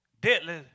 deadly